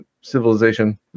civilization